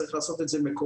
צריך לעשות את זה מקומי,